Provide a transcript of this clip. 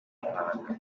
muhanga